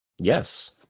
Yes